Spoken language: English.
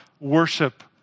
worship